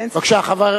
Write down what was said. אין ספק.